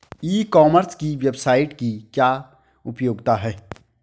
ई commerce की website की क्या उपयोगिता है?